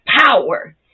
power